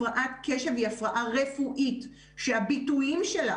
הפרעת קשב היא הפרעה רפואית שהביטויים שלה